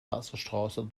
wasserstraßen